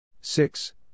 six